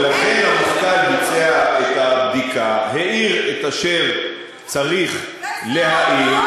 ולכן המפכ"ל ביצע את הבדיקה והעיר את אשר צריך להעיר.